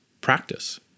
practice